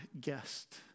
guest